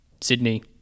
Sydney